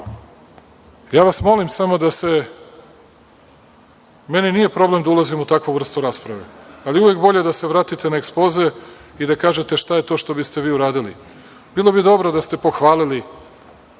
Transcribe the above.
pa su pogrešili nešto. Meni nije problem da ulazim u takvu vrstu rasprave ali je uvek bolje da se vratite na ekspoze i da kažete šta je to što biste vi uradili. Bilo bi dobro da ste pohvalili